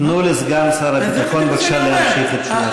תנו לסגן שר הביטחון בבקשה להמשיך את תשובתו.